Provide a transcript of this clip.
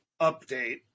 update